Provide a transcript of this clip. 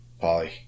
Polly